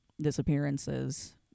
disappearances